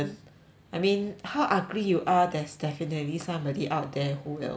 I mean how ugly you are there's definitely somebody out there who will